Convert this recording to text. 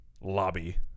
lobby